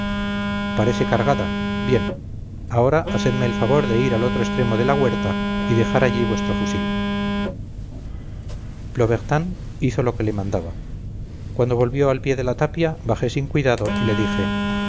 parece cargada bien ahora hacedme el favor de ir al otro extremo de la huerta y dejar allí vuestro fusil plobertin hizo lo que le mandaba cuando volvió al pie de la tapia bajé sin cuidado y le dije